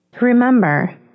Remember